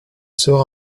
sera